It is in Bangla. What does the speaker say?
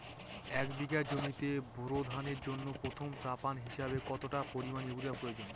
এক বিঘা জমিতে বোরো ধানের জন্য প্রথম চাপান হিসাবে কতটা পরিমাণ ইউরিয়া প্রয়োজন?